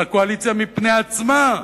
על הקואליציה מפני עצמה.